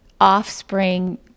offspring